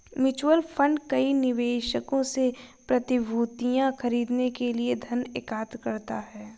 mutual fund कई निवेशकों से प्रतिभूतियां खरीदने के लिए धन एकत्र करता है